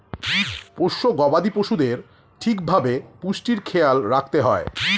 পোষ্য গবাদি পশুদের ঠিক ভাবে পুষ্টির খেয়াল রাখতে হয়